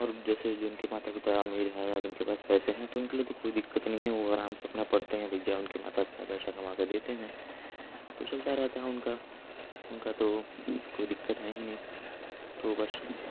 और जैसे जो जिनके माता पिता अमीर हैं या जिनके पास पैसे हैं तो उनके लिए तो कोई दिक़्क़त नहीं है वो आराम से अपना पढ़ते हैं भैया उनके माता पिता पैसा कमाकर देते हैं तो चलता रहता है उनका उनका तो कोई दिक़्क़त है ही नहीं तो बस